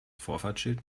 vorfahrtsschild